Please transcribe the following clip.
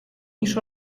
niż